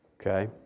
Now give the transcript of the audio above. Okay